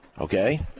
Okay